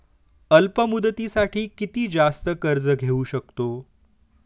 अल्प मुदतीसाठी किती जास्त कर्ज घेऊ शकतो?